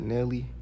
Nelly